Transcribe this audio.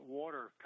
water